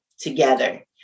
together